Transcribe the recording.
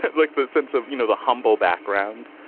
like the sense of, you know, the humble backgrounds.